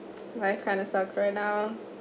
we're kind of sulk right now